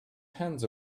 hands